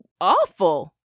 awful